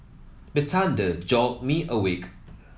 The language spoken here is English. the thunder jolt me awake